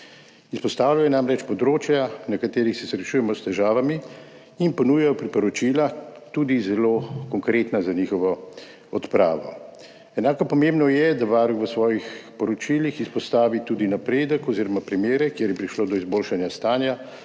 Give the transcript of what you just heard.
Izpostavljajo namreč področja, na katerih se srečujemo s težavami, in ponujajo priporočila, tudi zelo konkretna, za njihovo odpravo. Enako pomembno je, da Varuh v svojih poročilih izpostavi tudi napredek oziroma primere, kjer je prišlo do izboljšanja stanja,